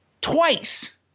twice